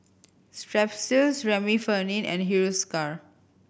Strepsils Remifemin and Hiruscar